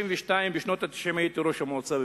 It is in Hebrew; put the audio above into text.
בשנות ה-90 הייתי ראש המועצה בבית-ג'ן.